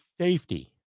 safety